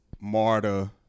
Marta